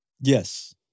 Yes